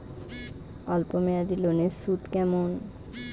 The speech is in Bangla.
অল্প মেয়াদি লোনের সুদ কেমন?